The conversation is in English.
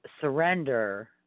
Surrender